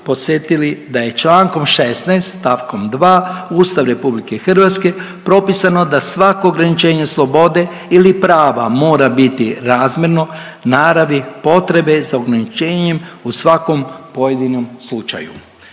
da je čl. 16. st. 2. Ustav RH propisano da svako ograničenje slobode ili prava mora biti razmjerno naravi potrebe za ograničenjem u svakom pojedinom slučaju.